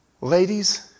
ladies